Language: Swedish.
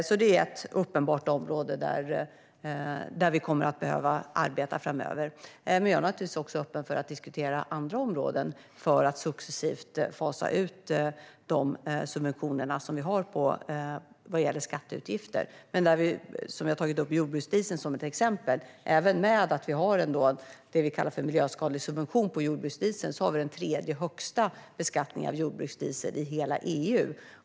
Det är alltså ett uppenbart område där vi kommer att behöva arbeta framöver. Jag är naturligtvis öppen för att också diskutera andra områden när det gäller att successivt fasa ut de subventioner vi har vad gäller skatteutgifter. Vi har tagit upp jordbruksdieseln som ett exempel, och även om vi har det som vi kallar en miljöskadlig subvention på jordbruksdieseln har vi den tredje högsta beskattningen av jordbruksdiesel i hela EU.